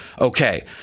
Okay